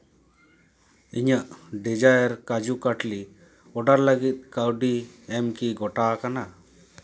ᱤᱧᱟᱹᱜ ᱰᱤᱡᱟᱭᱟᱨ ᱠᱟᱡᱩ ᱠᱟᱴᱞᱤ ᱚᱰᱟᱨ ᱞᱟᱹᱜᱤᱫ ᱠᱟᱹᱣᱰᱤ ᱮᱢ ᱠᱤ ᱜᱚᱴᱟ ᱟᱠᱟᱱᱟ